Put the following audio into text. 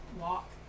walk